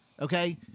Okay